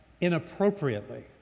inappropriately